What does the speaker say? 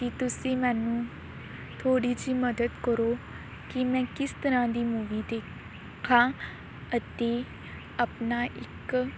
ਕਿ ਤੁਸੀਂ ਮੈਨੂੰ ਥੋੜ੍ਹੀ ਜਿਹੀ ਮਦਦ ਕਰੋ ਕਿ ਮੈਂ ਕਿਸ ਤਰ੍ਹਾਂ ਦੀ ਮੂਵੀ ਦੇਖਾਂ ਅੱਤੇ ਆਪਣਾ ਇੱਕ